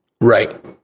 Right